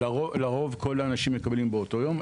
לרוב, כל האנשים מקבלים באותו יום.